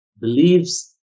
believes